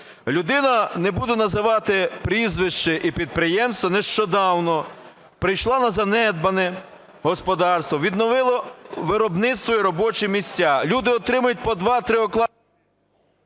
Людина, не буду називати прізвище і підприємство, нещодавно прийшла на занедбане господарство, відновила виробництво і робочі місця. Люди отримують по 2-3 оклади...